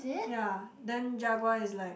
ya then jaguar is like